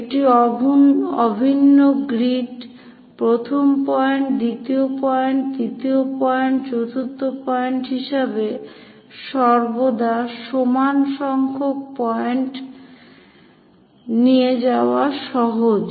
একটি অভিন্ন গ্রিড প্রথম পয়েন্ট দ্বিতীয় পয়েন্ট তৃতীয় পয়েন্ট চতুর্থ পয়েন্ট হিসাবে সর্বদা সমান সংখ্যক পয়েন্ট নিয়ে যাওয়া সহজ